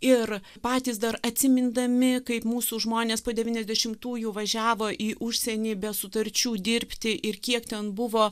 ir patys dar atsimindami kaip mūsų žmonės po devyniasdešimtųjų važiavo į užsienį be sutarčių dirbti ir kiek ten buvo